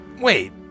Wait